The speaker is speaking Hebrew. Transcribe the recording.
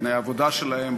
בתנאי העבודה שלהם,